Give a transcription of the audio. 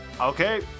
Okay